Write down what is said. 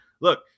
Look